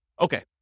Okay